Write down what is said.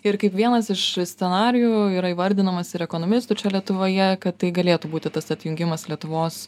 ir kaip vienas iš scenarijų yra įvardinamas ir ekonomistų čia lietuvoje kad tai galėtų būti tas apjungimas lietuvos